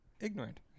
ignorant